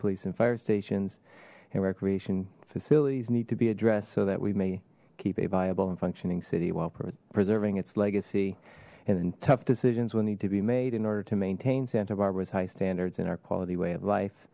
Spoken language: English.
police and fire stations and recreation facilities need to be addressed so that we may keep a viable and functioning city while preserving its legacy and then tough decisions will need to be made in order to maintain santa barbara's high standards in our quality way of life